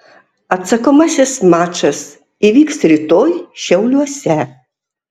atsakomasis mačas įvyks rytoj šiauliuose